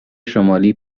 شمالی